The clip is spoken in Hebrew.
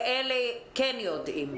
ואלה כן יודעים.